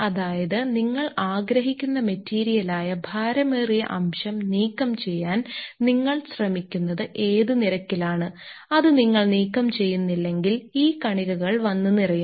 അതായത് നിങ്ങൾ ആഗ്രഹിക്കുന്ന മെറ്റീരിയലായ ഭാരമേറിയ അംശം നീക്കം ചെയ്യാൻ നിങ്ങൾ ശ്രമിക്കുന്നത് ഏത് നിരക്കിലാണ് അത് നിങ്ങൾ നീക്കം ചെയ്യുന്നില്ലെങ്കിൽ ഈ കണികകൾ വന്നു നിറയും